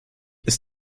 ist